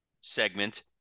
segment